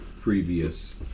previous